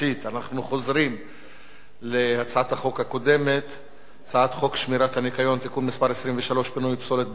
הצעת החוק התקבלה ברוב של